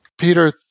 Peter